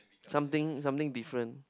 something something different